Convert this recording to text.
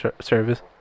service